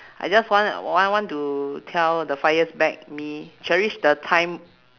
I just want want want to tell the five years back me cherish the time